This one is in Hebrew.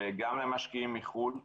וגם למשקיעים מחו"ל,